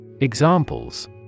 Examples